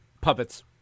Puppets